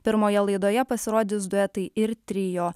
pirmoje laidoje pasirodys duetai ir trio